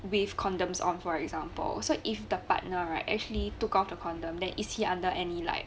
with condoms on for example so if the partner right actually took off a condom that is he under any like